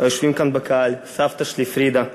היושבים כאן בקהל, סבתא שלי פרידה,